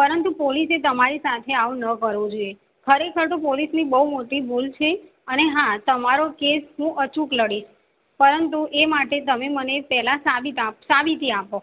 પરંતુ પોલીસે તમારી સાથે આવું ન કરવું જોઇએ ખરેખર તો પોલીસની બહુ મોટી ભૂલ છે અને હા તમારો કેસ હું અચૂક લડીશ પરંતુ એ માટે તમે મને પહેલાં સાબિત આ સાબિતી આપો